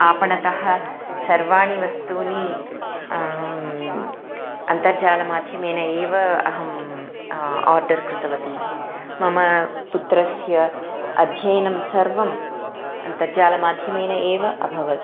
आपणात् सर्वाणि वस्तूनि अन्तर्जालमाध्यमेन एव अहम् आर्डर् कृतवती मम पुत्रस्य अध्ययनं सर्वम् अन्तर्जालमाध्यमेन एव अभवत्